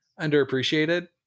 underappreciated